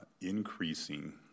increasing